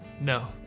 No